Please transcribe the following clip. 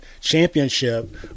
championship